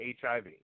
HIV